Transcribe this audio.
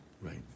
Right